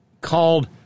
called